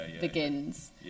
begins